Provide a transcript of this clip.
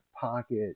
pocket